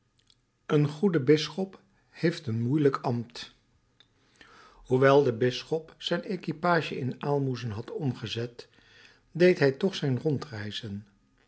een goede bisschop heeft een moeielijk ambt hoewel de bisschop zijn equipage in aalmoezen had omgezet deed hij toch zijn rondreizen